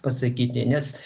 pasakyti nes